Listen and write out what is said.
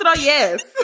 yes